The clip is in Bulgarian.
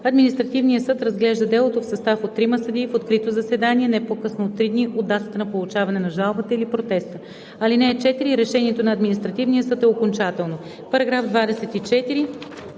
Административният съд разглежда делото в състав от трима съдии в открито заседание, не по-късно от три дни от датата на получаване на жалбата или протеста. (4) Решението на административния съд е окончателно.“ По § 24